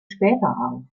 später